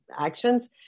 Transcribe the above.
actions